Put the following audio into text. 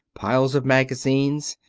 piles of magazines,